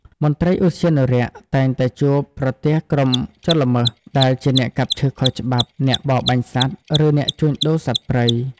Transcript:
មន្ត្រីឧទ្យានុរក្សតែងតែជួបប្រទះក្រុមជនល្មើសដែលជាអ្នកកាប់ឈើខុសច្បាប់ អ្នកបរបាញ់សត្វ ឬអ្នកជួញដូរសត្វព្រៃ។